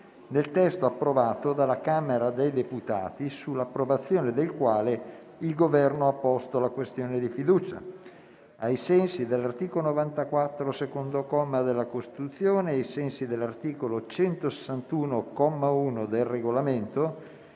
nel testo approvato dalla Camera dei deputati, sull'approvazione del quale il Governo ha posto la questione di fiducia. Ricordo che ai sensi dell'articolo 94, secondo comma, della Costituzione e ai sensi dell'articolo 161, comma 1, del Regolamento,